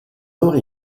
ore